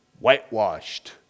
Whitewashed